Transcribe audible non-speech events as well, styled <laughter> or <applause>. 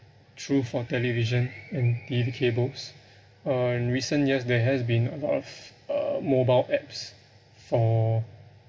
true for television and T_V cables <breath> uh in recent years there has been a lot of uh mobile apps for